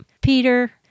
Peter